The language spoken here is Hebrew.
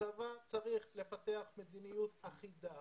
הצבא צריך לפתח מדיניות אחידה